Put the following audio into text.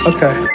Okay